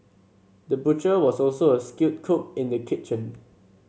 the butcher was also a skilled cook in the kitchen